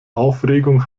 aufregung